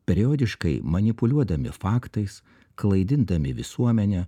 periodiškai manipuliuodami faktais klaidindami visuomenę